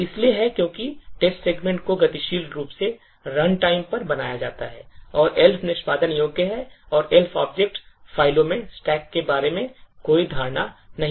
यह इसलिए है क्योंकि टेक्स्ट सेगमेंट को गतिशील रूप से run time पर बनाया जाता है और Elf निष्पादन योग्य और Elf object फ़ाइलों में stack के बारे में कोई धारणा नहीं होती है